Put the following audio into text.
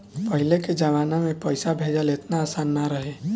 पहिले के जमाना में पईसा भेजल एतना आसान ना रहे